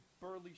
burly